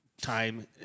time